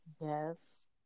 Yes